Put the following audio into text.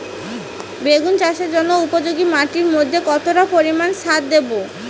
বেগুন চাষের জন্য উপযোগী মাটির মধ্যে কতটা পরিমান সার দেব?